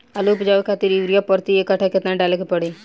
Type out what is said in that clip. आलू उपजावे खातिर यूरिया प्रति एक कट्ठा केतना डाले के पड़ी?